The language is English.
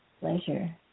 Pleasure